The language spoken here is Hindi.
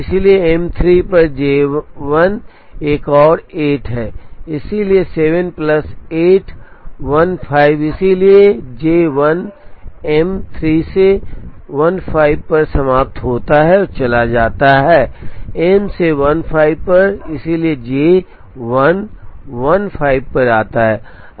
इसलिए M 3 पर J 1 एक और 8 है इसलिए 7 प्लस 8 15 इसलिए J 1 M 3 से 15 पर समाप्त होता है और चला जाता है M से 15 पर इसलिए J 1 15 पर आता है